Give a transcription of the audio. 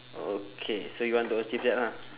okay so you want to achieve that lah